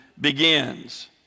begins